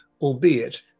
albeit